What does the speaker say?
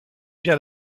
bien